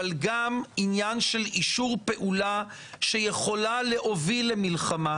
אבל גם עניין של אישור פעולה שיכולה להוביל למלחמה,